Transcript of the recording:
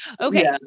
Okay